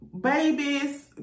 babies